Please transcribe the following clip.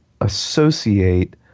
associate